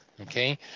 okay